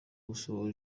gusohora